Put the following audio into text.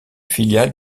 filiale